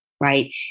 right